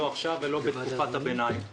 לא עכשיו ולא בתקופת הביניים,